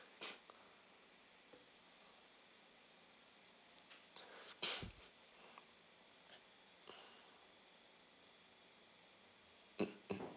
mm mm